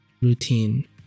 routine